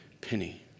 penny